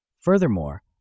Furthermore